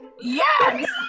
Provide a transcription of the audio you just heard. yes